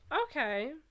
Okay